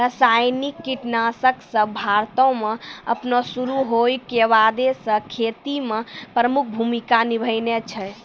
रसायनिक कीटनाशक सभ भारतो मे अपनो शुरू होय के बादे से खेती मे प्रमुख भूमिका निभैने छै